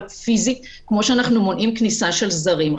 פיזית כפי שאנחנו מונעים כניסה של זרים.